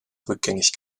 rückgängig